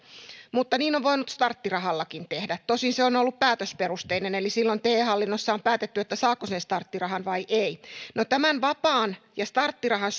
mutta niin on voinut starttirahallakin tehdä tosin se on on ollut päätösperusteinen eli te hallinnossa on päätetty saako sen starttirahan vai ei no tämän vapaan ja starttirahan